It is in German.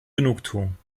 genugtuung